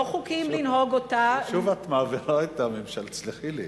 לא חוקיים לנהוג, סלחי לי,